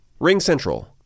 RingCentral